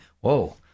Whoa